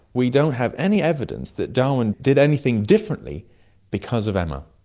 we don't have any evidence that darwin did anything differently because of emma.